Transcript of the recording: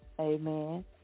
Amen